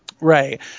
Right